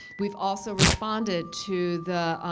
we've also responded to the